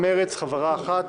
מרצ חברה אחת: